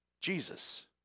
Jesus